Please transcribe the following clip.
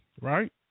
right